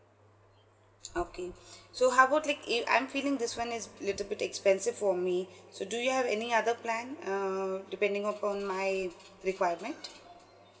okay so how about like if I'm feeling this one is little bit expensive for me so do you have any other plan uh depending upon my requirement